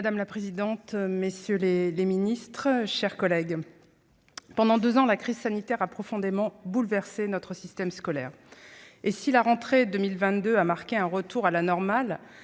Madame la présidente, messieurs les ministres, mes chers collègues, pendant deux ans, la crise sanitaire a profondément bouleversé notre système scolaire. Si la rentrée 2022 a marqué un retour à la normale,